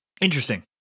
Interesting